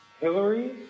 Hillary